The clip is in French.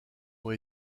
ont